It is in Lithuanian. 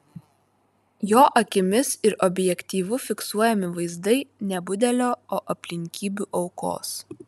jo akimis ir objektyvu fiksuojami vaizdai ne budelio o aplinkybių aukos